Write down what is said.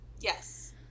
yes